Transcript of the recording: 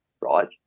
right